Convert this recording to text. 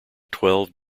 twelve